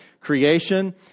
creation